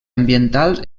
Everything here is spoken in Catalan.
ambientats